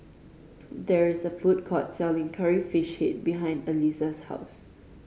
there is a food court selling Curry Fish Head behind Aliza's house